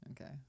Okay